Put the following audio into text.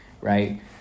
right